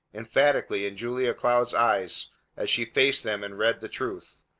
emphatically in julia cloud's eyes as she faced them and read the truth.